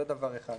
זה דבר אחד.